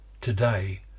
today